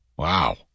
Wow